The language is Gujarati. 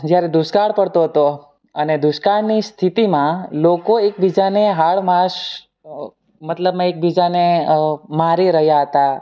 જ્યારે દુષ્કાળ પડતો હતો અને દુષ્કાળની સ્થિતિમાં લોકો એકબીજાને હાડ માસ મતલબમાં એકબીજાને મારી રહ્યા હતા